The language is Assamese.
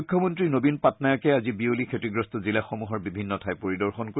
মুখ্যমন্তী নবীন পাটনায়কে আজি বিয়লি ক্ষতিগ্ৰস্ত জিলাসমূহৰ বিভিন্ন ঠাই পৰিদৰ্শন কৰিব